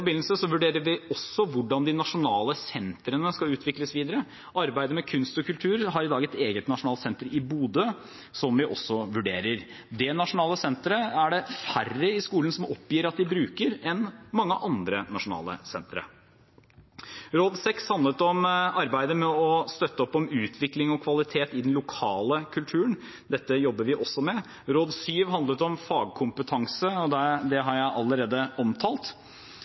vurderer vi også hvordan de nasjonale sentrene skal utvikles videre. Arbeidet med kunst og kultur har i dag et eget nasjonalt senter i Bodø, som vi også vurderer. Det nasjonale senteret er det færre i skolen som oppgir at de bruker, enn mange andre nasjonale sentre. Råd 6 handler om arbeidet med å støtte opp om utvikling og kvalitet i den lokale kulturen. Dette jobber vi også med. Råd 7 handler om fagkompetanse, det har jeg allerede omtalt.